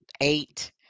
eight